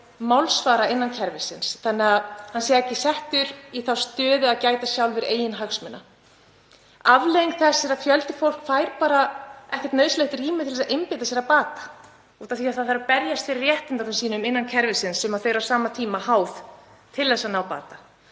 málsvara innan kerfisins þannig að þeir séu ekki settir í þá stöðu að gæta sjálfir eigin hagsmuna. Afleiðing þess er að fjöldi fólks fær ekki nauðsynlegt rými til að einbeita sér að bata út af því að það þarf að berjast fyrir réttindum sínum innan kerfisins sem það er á sama tíma háð til að ná bata.